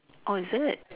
orh is it